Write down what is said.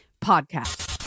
podcast